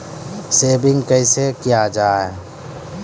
Saving कैसै किया जाय?